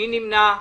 מי נמנע?